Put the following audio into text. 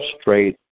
straight